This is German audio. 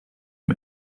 dem